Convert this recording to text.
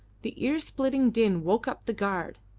the ear-splitting din woke up the guard.